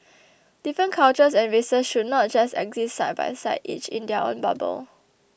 different cultures and races should not just exist side by side each in their own bubble